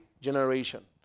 generation